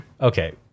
Okay